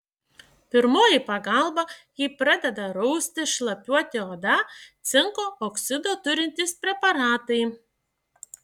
pirmoji pagalba jei pradeda rausti šlapiuoti oda cinko oksido turintys preparatai